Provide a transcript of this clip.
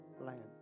land